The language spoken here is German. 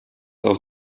auch